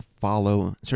follow